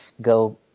go